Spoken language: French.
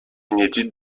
inédite